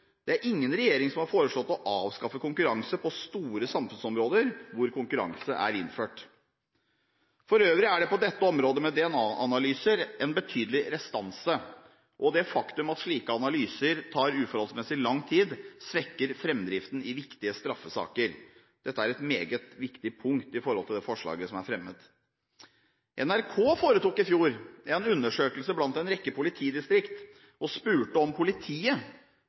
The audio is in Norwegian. det er ingen regjering som har foreslått å avskaffe konkurranse på store samfunnsområder hvor konkurranse er innført. For øvrig er det på dette området med DNA-analyser en betydelig restanse, og det faktum at slike analyser tar uforholdsmessig lang tid, svekker framdriften i viktige straffesaker. Dette er et meget viktig punkt med tanke på det forslaget som er fremmet. NRK foretok i fjor en undersøkelse blant en rekke politidistrikt og spurte om politiet